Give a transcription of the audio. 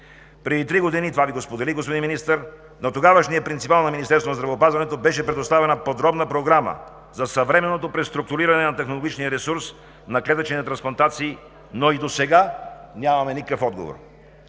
Преди три години, това Ви го споделих, господин Министър, на тогавашния принципал на Министерството на здравеопазването беше предоставена подробна програма за съвременното преструктуриране на технологичния ресурс на клетъчните трансплантации, но и досега нямаме никакъв отговор.